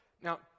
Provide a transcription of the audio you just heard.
now